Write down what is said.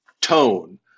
tone